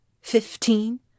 fifteen